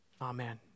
amen